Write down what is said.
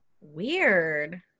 weird